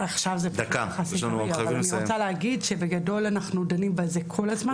אני רוצה להגיד שבגדול אנחנו דנים בזה כל הזמן.